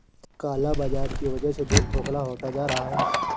काला बाजार की वजह से देश खोखला होता जा रहा है